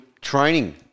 training